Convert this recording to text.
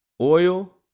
oil